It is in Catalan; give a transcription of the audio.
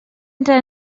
entre